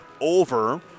over